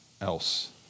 else